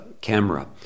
camera